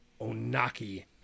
Onaki